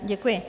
Děkuji.